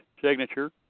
signature